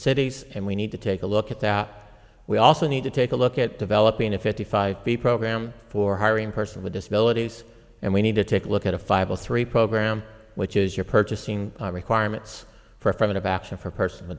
city's and we need to take a look at that we also need to take a look at developing a fifty five b program for hiring persons with disabilities and we need to take a look at a five to three program which is your purchasing requirements for affirmative action for a person